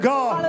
God